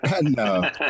no